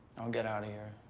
i'll get out of here.